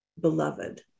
beloved